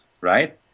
right